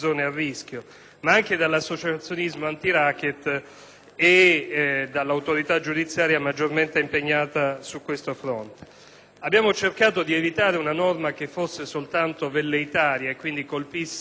e dall'autorità giudiziaria maggiormente impegnata su questo fronte. Abbiamo cercato di evitare una norma che fosse soltanto velleitaria e quindi colpisse in modo indiscriminato tutti gli operatori economici,